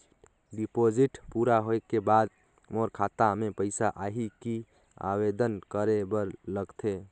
Deposit पूरा होय के बाद मोर खाता मे पइसा आही कि आवेदन करे बर लगथे?